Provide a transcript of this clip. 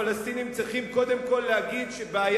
הפלסטינים צריכים להגיד קודם כול שבעיית